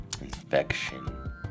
infection